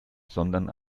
sondern